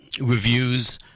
reviews